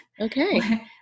Okay